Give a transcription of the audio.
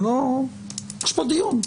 יש פה דיון.